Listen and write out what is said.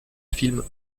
film